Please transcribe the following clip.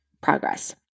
progress